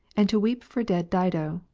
and to weep for dead dido,